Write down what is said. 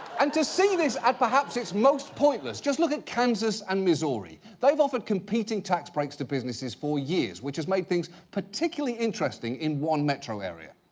and to see this at perhaps it's most pointless, just look at kansas and missouri. they've offered competing tax breaks to businesses for years. which has made things particularly interesting in one metro area.